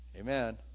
Amen